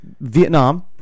Vietnam